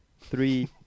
three